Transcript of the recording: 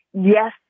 Yes